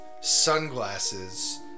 sunglasses